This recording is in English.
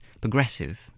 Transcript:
progressive